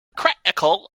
critical